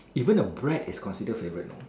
even a bread is considered favourite know